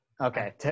Okay